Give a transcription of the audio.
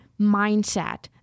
mindset